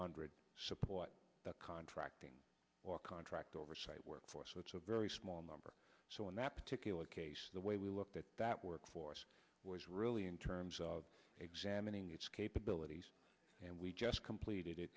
hundred support contracting or contract oversight workforce so it's a very small number so in that particular case the way we looked at that workforce was really in terms of examining its capabilities and we just completed it